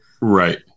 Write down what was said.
Right